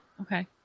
Okay